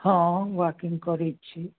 हँ वाकिङ्ग करै छी